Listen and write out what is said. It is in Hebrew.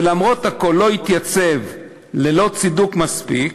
ולמרות הכול לא התייצב, ללא צידוק מספיק,